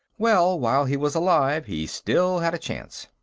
well, while he was alive, he still had a chance.